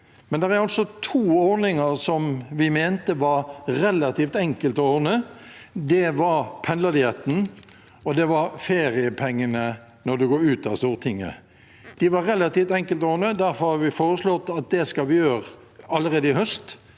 Men det er altså to ordninger som vi mente var relativt enkelt å ordne. Det var pendlerdietten, og det var feriepengene når man går ut av Stortinget. Det var relativt enkelt å ordne. Derfor har vi foreslått at det skal vi gjøre allerede i høst